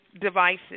devices